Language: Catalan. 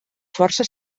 força